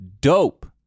dope